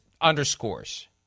underscores